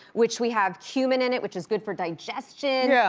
which we have cumin in it, which is good for digestion, yeah